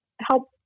help